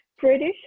British